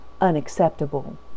unacceptable